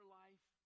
life